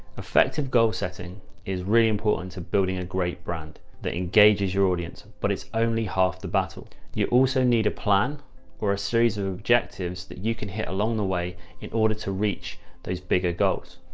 effective goal setting is really important to building a great brand that engages your audience, but it's only half the battle. you also need a plan or a series of objectives that you can hit along the way in order to reach those bigger goals.